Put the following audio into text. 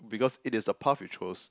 because it is the path you chose